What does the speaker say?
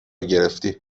گرفتی